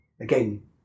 Again